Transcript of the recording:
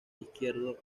izquierdo